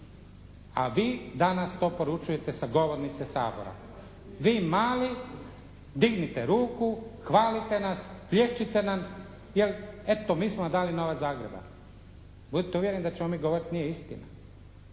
A vi danas to poručujete sa govornice Sabora. Vi mali dignite ruku, hvalite nas, plješćite nam jer eto mi smo vam dali novac Zagreba. Budite uvjereni da ćemo mi govoriti nije istina.